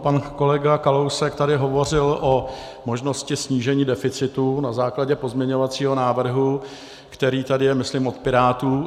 Pan kolega Kalousek tady hovořil o možnosti snížení deficitu na základě pozměňovacího návrhu, který tady je myslím od Pirátů.